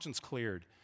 cleared